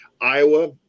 Iowa